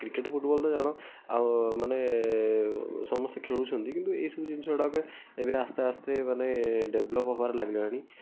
cricket football ତ ଜାଣ ଆଉ ମାନେ ସମସ୍ତେ ଖେଳୁଛନ୍ତି କିନ୍ତୁ ଏଇସବୁ ଜିନିଷ ଗୁଡ଼ାକ ଏବେ ଆସ୍ତେ ଆସ୍ତେ ମାନେ ଡେଭଲପ୍ ହେବାରେ ଲାଗିଲାଣି